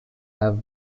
have